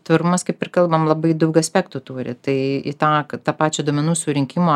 tvarumas kaip ir kalbam labai daug aspektų turi tai į tą pačią duomenų surinkimo